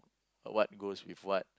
what goes with what